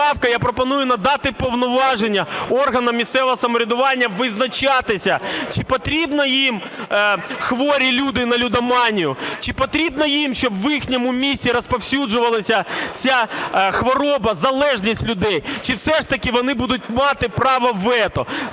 я пропоную надати повноваження органам місцевого самоврядування визначатися: чи потрібно їм хворі люди на лудоманію, чи потрібно їм, щоб в їхньому місті розповсюджувалася ця хвороба, залежність людей, чи все ж таки вони будуть мати право вето.